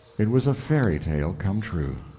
it was a fairy-tale come true.